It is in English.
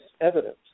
evidence